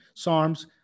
SARMs